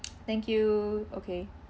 thank you okay